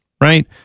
right